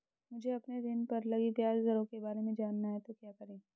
मुझे अपने ऋण पर लगी ब्याज दरों के बारे में जानना है तो क्या करें?